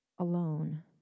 Alone